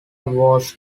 was